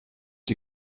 die